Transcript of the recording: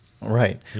Right